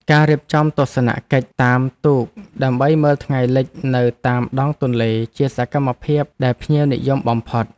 ការរៀបចំទស្សនកិច្ចតាមទូកដើម្បីមើលថ្ងៃលិចនៅតាមដងទន្លេជាសកម្មភាពដែលភ្ញៀវនិយមបំផុត។